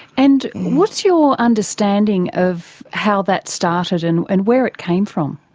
and what's your understanding of how that started and and where it came from?